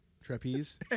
Trapeze